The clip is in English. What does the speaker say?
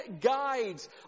guides